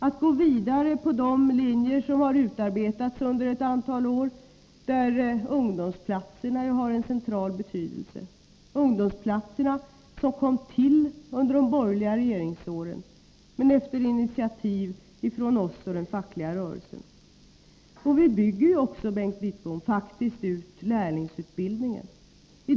Vi går vidare på de linjer som har utarbetats under ett antal år. Där har ungdomsplatserna en central betydelse, de som kom till under de borgerliga regeringsåren, men efter initiativ från oss i den fackliga rörelsen. Och vi bygger faktiskt ut lärlingsutbildningen också, Bengt Wittbom.